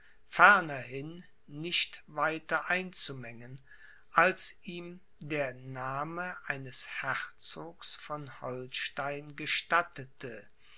fernerhin nicht weiter einzumengen als ihm der name eines herzogs von holstein gestattete